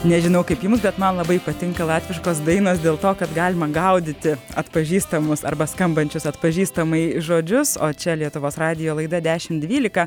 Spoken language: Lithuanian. nežinau kaip jums bet man labai patinka latviškos dainos dėl to kad galima gaudyti atpažįstamus arba skambančius atpažįstamai žodžius o čia lietuvos radijo laida dešimt dvylika